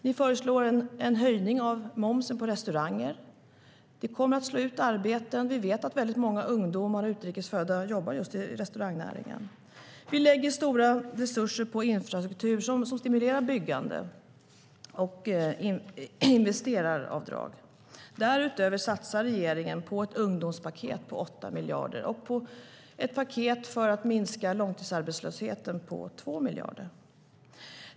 Ni föreslår en höjning av momsen på restauranger. Det kommer att slå ut arbeten. Vi vet att många ungdomar och utrikes födda jobbar just i restaurangnäringen. Regeringen lägger stora resurser på infrastruktur som stimulerar byggande och investeraravdrag. Därutöver satsar regeringen på ett ungdomspaket på 8 miljarder och på ett paket för att minska långtidsarbetslösheten på 2 miljarder.